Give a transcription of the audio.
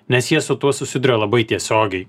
nes jie su tuo susiduria labai tiesiogiai